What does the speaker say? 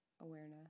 awareness